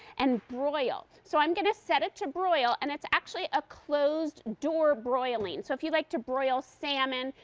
and broil. so i'm going to set it to broil. and it's actually a closed door broiling. so if you like to broil salmon,